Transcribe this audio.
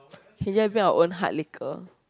bring our own hard liquor